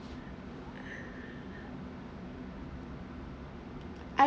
I